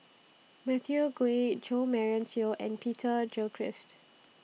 Matthew Ngui Jo Marion Seow and Peter Gilchrist